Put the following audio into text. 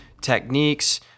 techniques